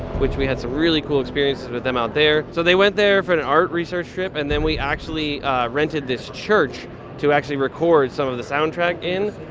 which we had some really cool experiences with them out there. so they went there for an art research trip and then we actually rented this church to actually record some of the soundtrack in.